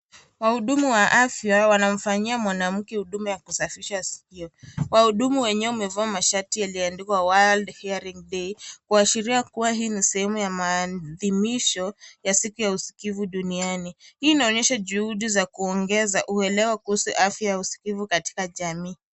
Wahudumu wa afya, wanamfanyia mwanamke huduma ya kusafisha sikio, wahudumu wenyewe amevaa mashati yalio andikwa (cs)world hearing day(cs), kuashiria kuwa hii ni sehemu ya maadimisho, ya siku ya usikivu duniani, hii inaonyesha juhudi za kuongeza uelewa kuhusu afya ya usikivu katika jamii.